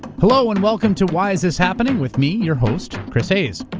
hello and welcome to why is this happening with me, your host, chris hayes.